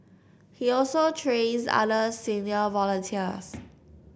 he also trains other senior volunteers